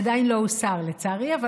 עדיין לא הוסר, לצערי.